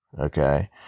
Okay